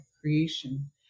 creation